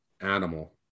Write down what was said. animal